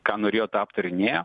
ką norėjo tą aptarinėjo